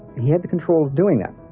he had the control of doing that.